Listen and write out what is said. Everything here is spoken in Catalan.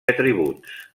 atributs